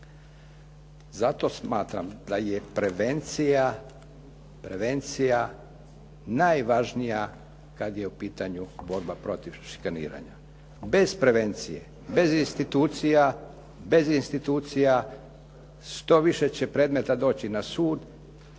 Zato smatram da je prevencija, prevencija najvažnija kad je u pitanju borba protiv šikaniranja. Bez prevencije, bez institucija što više će predmeta doći na sud,